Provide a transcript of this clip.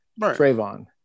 trayvon